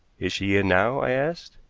is she in now? i asked.